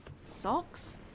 Socks